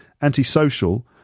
anti-social